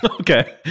okay